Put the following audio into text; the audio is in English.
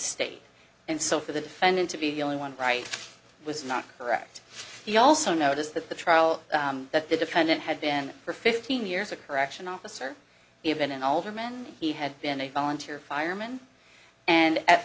state and so for the defendant to be the only one bright was not correct he also noticed that the trial that the defendant had been for fifteen years a correction officer may have been an alderman he had been a volunteer fireman and at